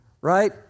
Right